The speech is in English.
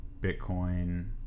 Bitcoin